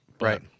right